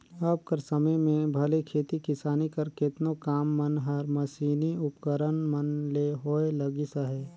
अब कर समे में भले खेती किसानी कर केतनो काम मन हर मसीनी उपकरन मन ले होए लगिस अहे